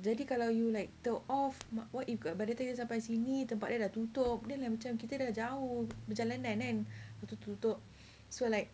jadi kalau you like told off what if sampai sini tempat dia dah tutup then like kita dah jauh perjalanan kan telah tutup so like